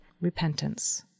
repentance